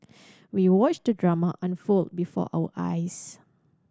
we watched the drama unfold before our eyes